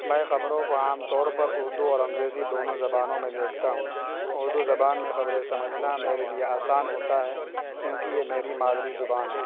میں خبروں کو عام طور پر اردو اور انگریزی دونوں زبانوں میں دیکھتا ہوں اردو زبان میں خبریں سمجھنا میرے لیے آسان ہوتا ہے کیوںکہ یہ میری مادری زبان ہے